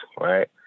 right